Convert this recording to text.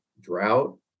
drought